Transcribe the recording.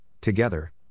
together